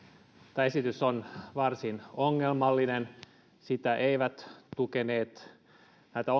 tämä esitys on varsin ongelmallinen sitä eivät tukeneet näiltä